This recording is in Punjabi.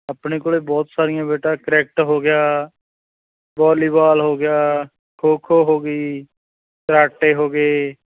ਆਪਣੇ ਕੋਲ ਬਹੁਤ ਸਾਰੀਆਂ ਬੇਟਾ ਕ੍ਰਿਕਟ ਹੋ ਗਿਆ ਬੋਲੀਬਾਲ ਹੋ ਗਿਆ ਖੋ ਖੋ ਹੋ ਗਈ ਕਰਾਟੇ ਹੋ ਗਏ